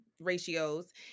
ratios